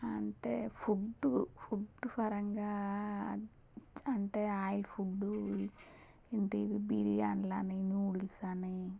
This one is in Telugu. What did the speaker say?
అంటే ఫుడ్ ఫుడ్ పరంగా అంటే ఆయిల్ ఫుడ్ ఏంటి బిర్యానీలని న్యూడిల్స్ అని